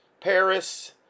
Paris